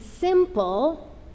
simple